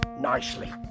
nicely